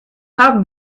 haben